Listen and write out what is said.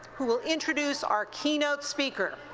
who will introduce our keynote speaker.